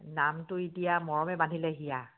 নামটো এতিয়া মৰমে বান্ধিলে হিয়া